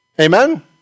Amen